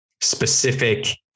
specific